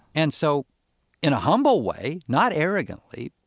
and so in a humble way, not arrogantly,